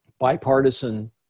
bipartisan